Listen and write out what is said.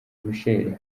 michel